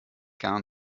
gar